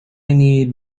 need